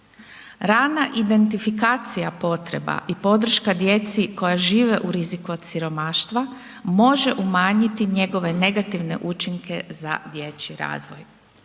Rana identifikacija potreba i podrška djeci koja žive u riziku od siromaštva može umanjiti njegove negativne učinke za dječji razvoj.